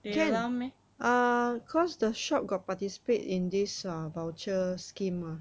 they allow meh